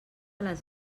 les